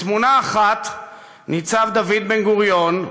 בתמונה אחת ניצב דוד בן-גוריון,